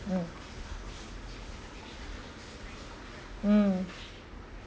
mm mm